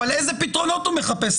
אבל איזה פתרונות הוא מחפש?